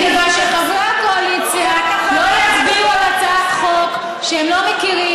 מכיוון שחברי הקואליציה לא יצביעו על הצעת חוק שהם לא מכירים,